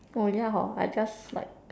oh ya hor I just like